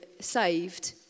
saved